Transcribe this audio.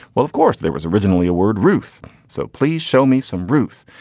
well of course there was originally a word ruth so please show me some ruth.